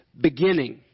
beginning